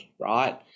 right